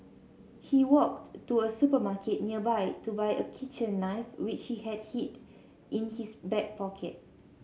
he walked to a supermarket nearby to buy a kitchen knife which he hid in his back pocket